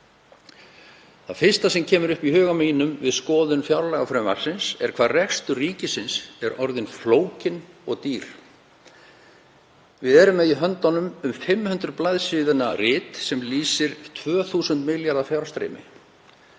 Það fyrsta sem kemur upp í hugann við skoðun fjárlagafrumvarpsins er hvað rekstur ríkisins er orðin flókinn og dýr. Við erum með í höndunum um 500 blaðsíðna rit sem lýsir 2.000 milljarða fjárstreymi.